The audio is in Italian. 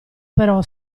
però